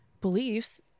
beliefs